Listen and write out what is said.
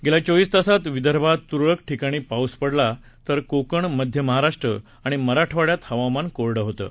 गेल्या चोविस तासात विदर्भात तुरळक ठिकाणी पाऊस पडला तर कोकण मध्य महाराष्ट्र आणि मराठवाड्यात हवामान कोरडं होतं